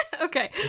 Okay